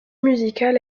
musicale